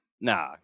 Nah